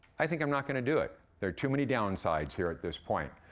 i think i'm not gonna do it. there are too many downsides here at this point.